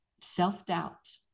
self-doubt